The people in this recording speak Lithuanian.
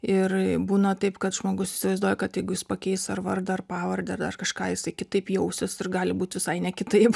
ir būna taip kad žmogus įsivaizduoja kad jeigu jis pakeis ar vardą ar pavardę ar dar kažką jisai kitaip jausis ir gali būt visai kitaip